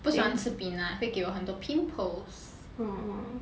不喜欢吃 peanut 会给我很多 pimples